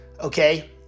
okay